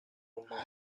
moment